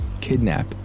kidnap